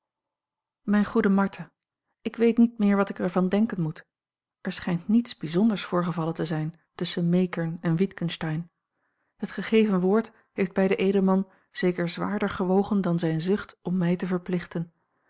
mijn goede martha ik weet niet meer wat ik er van denken moet er schijnt niets bijzonders voorgevallen te zijn tusschen meekern en witgensteyn het gegeven woord heeft bij den edelman zeker zwaarder gewogen dan zijne zucht om mij te verplichten